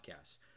Podcasts